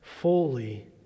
fully